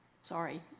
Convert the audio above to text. sorry